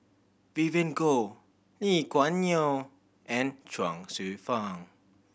Vivien Goh Lee Kuan Yew and Chuang Hsueh Fang